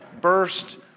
burst